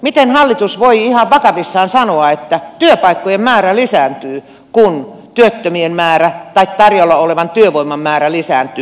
miten hallitus voi ihan vakavissaan sanoa että työpaikkojen määrä lisääntyy kun työttömien määrä tai tarjolla olevan työvoiman määrä lisääntyy